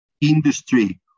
industry